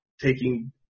Taking